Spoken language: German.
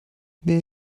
wer